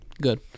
Good